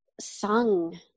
sung